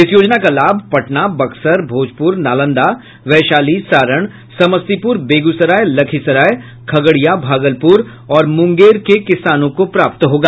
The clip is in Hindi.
इस योजना का लाभ पटना बक्सर भोजपुर नालंदा वैशाली सारण समस्तीपुर बेगूसराय लखीसराय खगड़िया भागलपुर और मुंगेर के किसानों को प्राप्त होगा